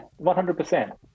100%